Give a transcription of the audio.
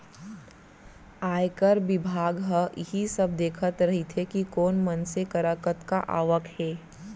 आयकर बिभाग ह इही सब देखत रइथे कि कोन मनसे करा कतका आवक हे